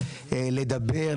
לדבר,